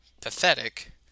Pathetic